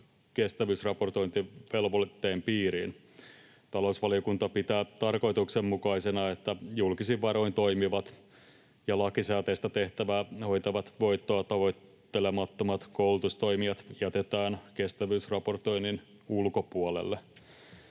kestävyysraportointivelvoitteen piiriin. Talousvaliokunta pitää tarkoituksenmukaisena, että julkisin varoin toimivat ja lakisääteistä tehtävää hoitavat voittoa tavoittelemattomat koulutustoimijat jätetään kestävyysraportoinnin ulkopuolelle.